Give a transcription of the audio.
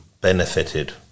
benefited